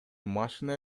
машина